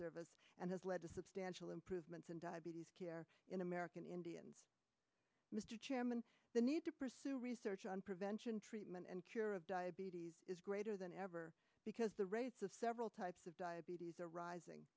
service and has led to substantial improvements in diabetes in american indians mr chairman the need to pursue research on prevention treatment and cure of diabetes is greater than ever because the rates of several types of diabetes are rising